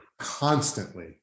constantly